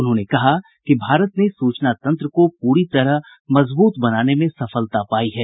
उन्होंने कहा कि भारत ने सूचना तंत्र को पूरी तरह मजबूत बनाने में सफलता पाई है